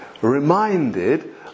Reminded